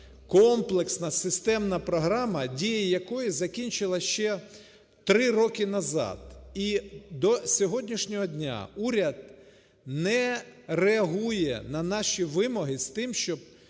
комплексна системна програма, дія якої закінчилася ще три роки назад. І до сьогоднішнього дня уряд не реагує на наші вимоги з тим, щоб